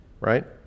right